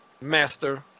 Master